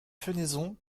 fenaison